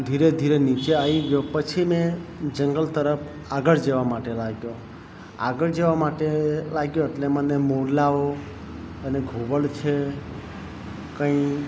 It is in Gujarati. ધીરે ધીરે નીચે આવી ગયો પછી મે જંગલ તરફ આગળ જવા માટે લાગ્યો આગળ જવા માટે લાગ્યો એટલે મને મોરલાઓ અને ઘુવડ છે કંઈ